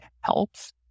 helps